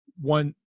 one